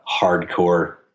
hardcore